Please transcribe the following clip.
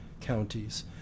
counties